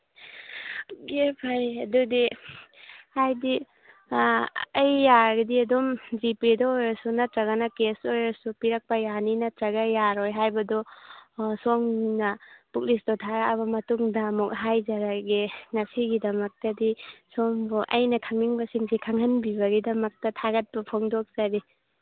okay ꯐꯔꯦ ꯑꯗꯨꯗꯤ ꯍꯥꯏꯗꯤ ꯑꯩ ꯌꯥꯔꯒꯗꯤ ꯑꯗꯨꯝ ꯖꯤꯄꯦꯗ ꯑꯣꯏꯔꯁꯨ ꯅꯠꯇ꯭ꯔꯒꯅ ꯀꯦꯁ ꯑꯣꯏꯔꯁꯨ ꯄꯤꯔꯛꯄ ꯌꯥꯅꯤꯅ ꯅꯠꯇ꯭ꯔꯒ ꯌꯥꯔꯣꯏ ꯍꯥꯏꯕꯗꯨ ꯁꯣꯝꯅ ꯕꯨꯛ ꯂꯤꯁꯇꯣ ꯊꯥꯔꯛꯑꯕ ꯃꯇꯨꯡꯗ ꯑꯃꯨꯛ ꯍꯥꯏꯖꯔꯛꯑꯒꯦ ꯉꯁꯤꯒꯤꯗꯃꯛꯇꯗꯤ ꯁꯣꯝꯕꯨ ꯑꯩꯅ ꯈꯪꯅꯤꯡꯕꯁꯤꯡꯁꯤ ꯈꯪꯍꯟꯕꯤꯕꯒꯤꯗꯃꯛꯇ ꯊꯥꯒꯇꯄ ꯐꯣꯡꯗꯣꯛꯆꯔꯤ